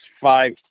five